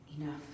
enough